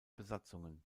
besatzungen